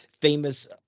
famous